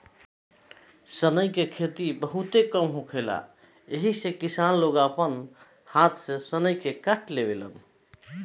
सनई के खेती बहुते कम होखेला एही से किसान लोग आपना हाथ से सनई के काट लेवेलेन